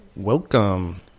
welcome